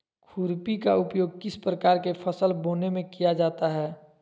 खुरपी का उपयोग किस प्रकार के फसल बोने में किया जाता है?